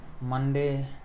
Monday